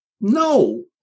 No